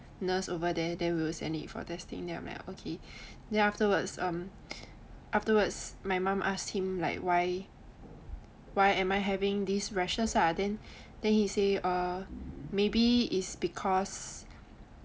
nurse over there then we will send it for testing then I'm like okay then afterwards afterwards my mom ask him like why why am I having these rashes la then he say err maybe is because